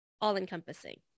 all-encompassing